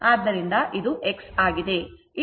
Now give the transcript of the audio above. ಆದ್ದರಿಂದ ಇದು x ಆಗಿದೆ